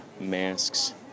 masks